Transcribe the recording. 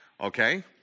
Okay